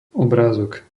obrázok